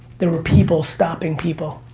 there were people stopping people.